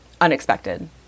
unexpected